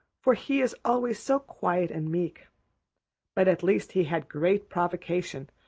for he is always so quiet and meek but at least he had great provocation,